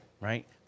right